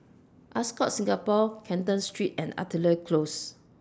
Ascott Singapore Canton Street and Artillery Close